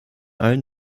allen